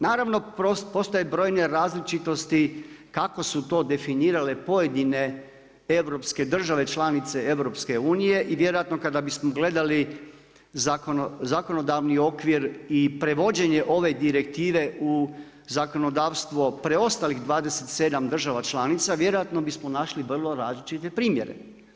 Naravno, postoje broje različitosti kako su to definirale pojedine europske države članice EU-a i vjerojatno kada bismo gledali zakonodavni okvir i prevođenje ove direktive u zakonodavstvo preostalih 27 država članica, vjerojatno bismo našli vrlo različite primjere.